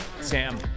Sam